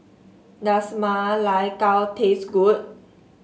does Ma Lai Gao taste good